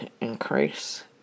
increase